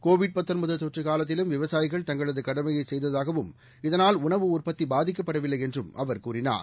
Covid தொற்றுகாலத்திலும் விவசாயிகள் தங்களதுகடமையைசெய்ததாகவும் இதனால் உணவு உற்பத்திபாதிக்கப்படவில்லைஎன்றும் அவர் கூறினார்